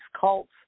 cults